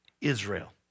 Israel